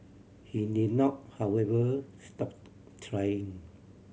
he did not however stop trying